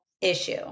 issue